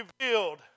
revealed